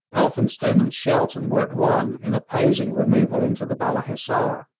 elphinstone and shelton were at one in opposing removal into the balla hissar.